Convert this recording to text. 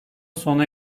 sona